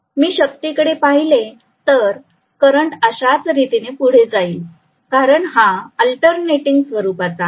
मी शक्ती कडे पाहिले तर करंट अशाच रीतीने पुढे जाईल कारण हा अल्टरनेटिंग स्वरूपाचा आहे